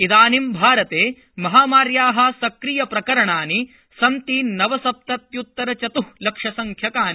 इदानीं भारते महामार्या सक्रियप्रकरणानि सन्ति नवसप्तत्य्त्तरचत्लक्षसंख्याकानि